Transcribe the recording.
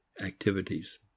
activities